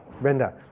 Brenda